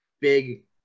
big